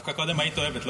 דווקא קודם היית אוהבת.